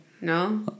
No